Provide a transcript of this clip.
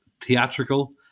theatrical